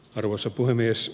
arvoisa puhemies